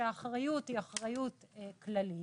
שהאחריות היא אחריות כללית.